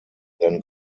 then